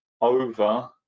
over